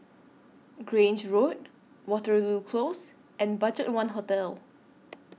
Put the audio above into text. Grange Road Waterloo Close and BudgetOne Hotel